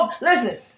Listen